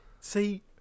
See